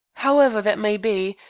however that may be,